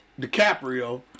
DiCaprio